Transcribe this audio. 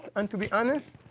and to be honest,